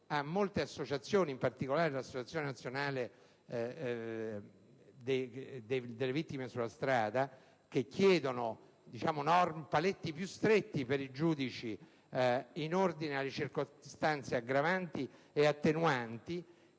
a molte associazioni - in particolare l'Associazione italiana familiari e vittime della strada - che chiedono paletti più stretti per i giudici in ordine alle circostanze aggravanti e attenuanti,